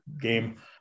game